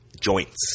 joints